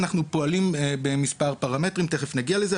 אנחנו פועלים במספר פרמטרים, תכף נגיע לזה.